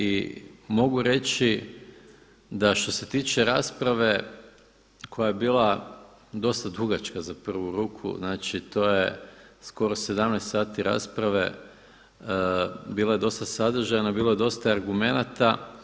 I mogu reći da što se tiče rasprave koja je bila dosta dugačka za prvu ruku, znači to je skoro 17 sati rasprave, bila je dosta sadržajna, bilo je dosta argumenata.